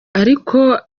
ariko